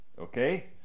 okay